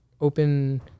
open